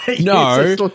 No